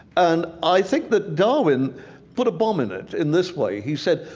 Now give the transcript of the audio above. and i think that darwin put a bomb in it in this way. he said,